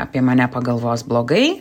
apie mane pagalvos blogai